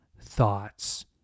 thoughts